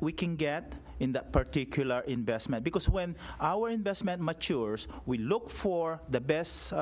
we can get in that particular investment because when our investment matures we look for the best